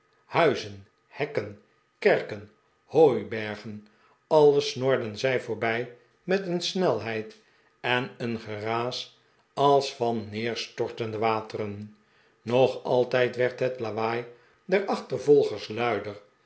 huizen hekken kerken hooibergen alles snorden zij voorbij met een snelheid en een geraas als van neerstortende water en nog altijd werd het lawaai der achtervolgers luider